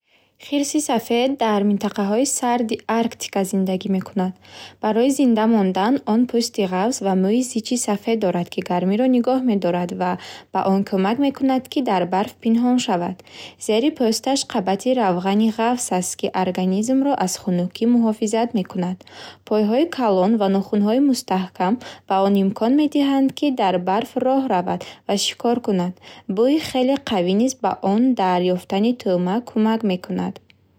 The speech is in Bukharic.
Хирси сафед дар минтақаҳои сарди Арктика зиндагӣ мекунад. Барои зинда мондан, он пӯсти ғафс ва мӯи зичи сафед дорад, ки гармиро нигоҳ медорад ва ба он кӯмак мекунанд, ки дар барф пинҳон шавад. Зери пӯсташ қабати равғани ғафс аст, ки организмро аз хунукӣ муҳофизат мекунад. Пойҳои калон ва нохунҳои мустаҳкам ба он имкон медиҳанд, ки дар барф роҳ равад ва шикор кунад. Бӯи хеле қавӣ низ ба он дар ёфтани тӯъма кумак мекунад.